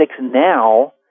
now